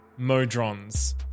Modrons